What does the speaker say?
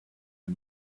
are